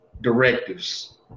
directives